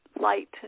light